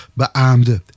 beaamde